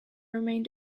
remained